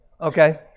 Okay